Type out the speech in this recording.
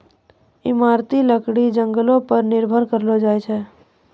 इमारती लकड़ी जंगलो पर निर्भर करलो जाय छै